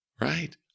right